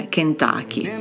Kentucky